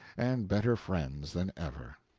and better friends than ever.